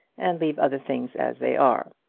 and leave other things as they are.